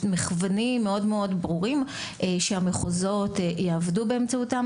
מכוונים מאוד מאוד ברורים שהמחוזות יעבדו באמצעותם